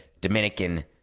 dominican